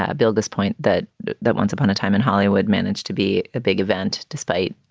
ah bill, this point that that once upon a time in hollywood managed to be a big event despite